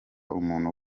umuntu